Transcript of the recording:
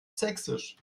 sächsisch